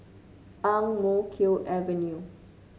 Ang Mo Kio Avenue